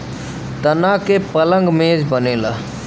तना के पलंग मेज बनला